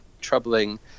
troubling